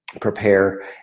prepare